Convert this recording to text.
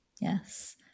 Yes